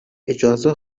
اجازه